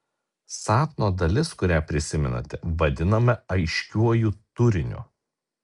sapno dalis kurią prisimenate vadinama aiškiuoju turiniu